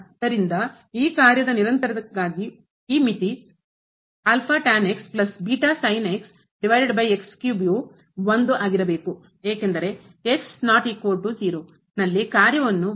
ಆದ್ದರಿಂದ ಈ ಕಾರ್ಯದ ನಿರಂತರತೆಗಾಗಿ ಈ ಮಿತಿ ಯು ಏಕೆಂದರೆ ನಲ್ಲಿ ಕಾರ್ಯವನ್ನು